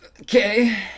Okay